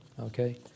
Okay